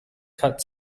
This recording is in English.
cut